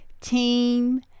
team